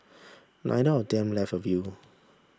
neither of them left a will